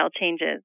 changes